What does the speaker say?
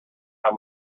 how